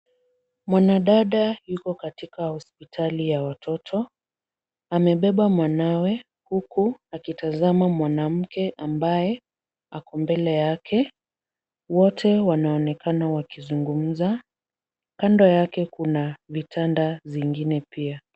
Mwanadada yuko katika hospitali ya watoto, amebeba mwanawe huku akitazama mwanamke ambaye ako mbele yake. Wote wanaonekana wakizungumza, kando yake kuna vitanda zingine pia.